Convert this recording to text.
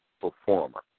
performer